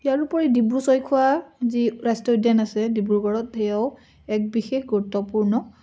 ইয়াৰোপৰি ডিব্ৰু ছৈখোৱা যি ৰাষ্টীয় উদ্যান আছে ডিব্ৰুগড়ত সেয়াও এক বিশেষ গুৰুত্বপূৰ্ণ